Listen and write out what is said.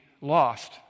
lost